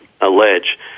allege